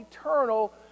eternal